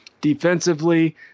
Defensively